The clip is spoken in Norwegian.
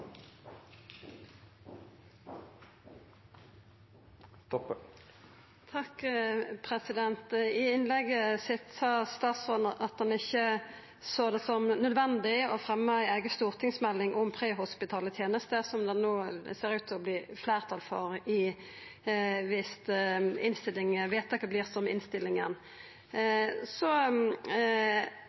I innlegget sitt sa statsråden at han ikkje såg det som nødvendig å fremja ei eiga stortingsmelding om prehospitale tenester, som det no ser ut til å verta fleirtal for – viss vedtaket vert som i innstillinga. Så